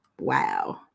wow